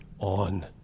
On